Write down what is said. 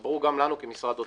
זה ברור גם לנו כמשרד אוצר.